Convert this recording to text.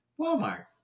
walmart